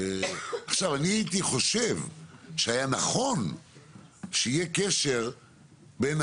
הייתי חושב שהיה נכון שיהיה קשר בין